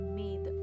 made